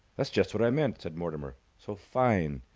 that's just what i meant, said mortimer. so fine.